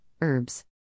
herbs